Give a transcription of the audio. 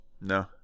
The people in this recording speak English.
No